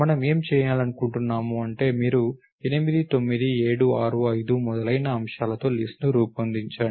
మనము ఏమి చేయాలనుకుంటున్నాము అంటే మీరు 89 7 6 5 మొదలైన అంశాలతో లిస్ట్ ను రూపొందించండి